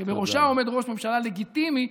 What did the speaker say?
שבראשה עומד ראש ממשלה לגיטימי,